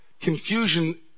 confusion